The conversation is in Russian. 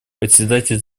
председатель